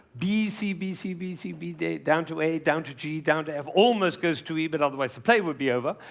b, c, b, c, b, c, b down to a, down to g, down to f. almost goes to e, but otherwise the play would be over.